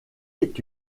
est